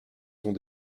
sont